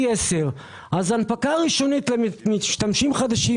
T10. אז ההנפקה הראשונית למשתמשים חדשים